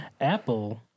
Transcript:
Apple